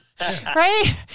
right